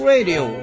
Radio